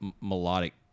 melodic